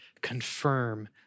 confirm